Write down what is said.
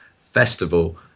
festival